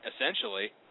essentially